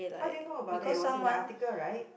how do you know about it it was in the article right